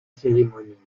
cérémonie